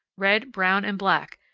red, brown, and black,